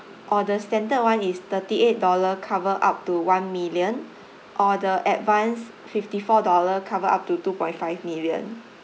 or the standard one is thirty eight dollar cover up to one million or the advanced fifty four dollar cover up to two point five million